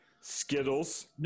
Skittles